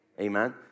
Amen